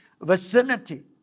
vicinity